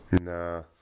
Nah